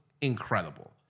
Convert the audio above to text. incredible